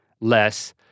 less